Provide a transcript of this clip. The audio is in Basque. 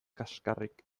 kaxkarrik